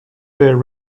there